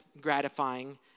gratifying